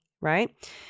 right